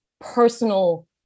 personal